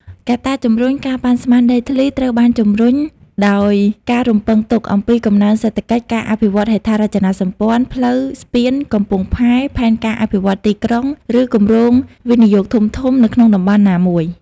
កត្តាជំរុញ ការប៉ាន់ស្មានដីធ្លីត្រូវបានជំរុញដោយការរំពឹងទុកអំពីកំណើនសេដ្ឋកិច្ច ការអភិវឌ្ឍហេដ្ឋារចនាសម្ព័ន្ធ ផ្លូវ ស្ពាន កំពង់ផែ ផែនការអភិវឌ្ឍន៍ទីក្រុង ឬគម្រោងវិនិយោគធំៗនៅក្នុងតំបន់ណាមួយ។